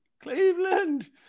Cleveland